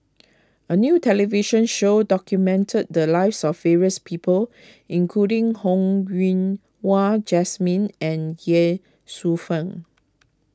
a new television show documented the lives of various people including Ho Yen Wah Jesmine and Ye Shufang